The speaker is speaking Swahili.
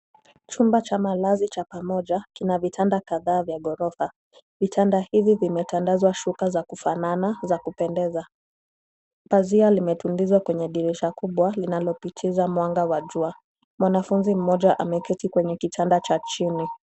Chumba cha malazi cha pamoja kina vitanda kadhaa vya ghorofa. Vitanda hivi vimetandazwa shuka za kufanana za kupendeza. Pazia limetundikwa kwenye dirisha kubwa linalopitisha mwanga wa jua. Mwanafunzi mmoja ameketi kwenye kitanda cha chini.